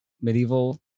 medieval